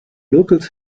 locals